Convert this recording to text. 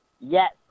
Yes